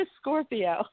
Scorpio